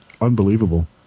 unbelievable